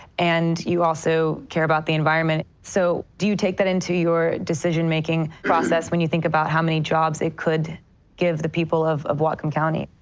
and you also care about the environment. so do you take that into your decision-making process when you think about how many jobs it could give the people of of whatcom county?